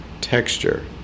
Texture